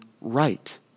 right